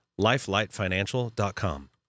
lifelightfinancial.com